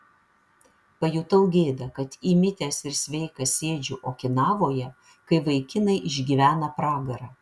pajutau gėdą kad įmitęs ir sveikas sėdžiu okinavoje kai vaikinai išgyvena pragarą